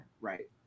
right